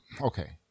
okay